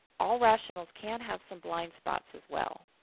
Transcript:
all rationals can have some blind spots as well.